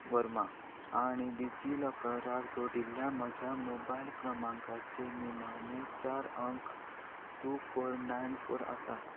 वर्मा आणी डिजी लॉकराक जोडिल्ल्या म्हज्या मोबायल क्रमांकाचे निमाणे चार अंक टू फोर नायन फोर आसात